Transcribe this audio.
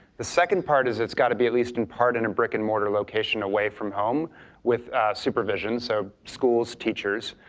the second part is it's got to be at least in part in a brick and mortar location away from home with supervision, so schools, teachers.